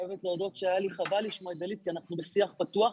חייבת להודות שהיה לי חבל לשמוע את גלית כי אנחנו בשיח פתוח,